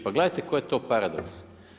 Pa gledajte koji je to paradoks.